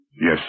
Yes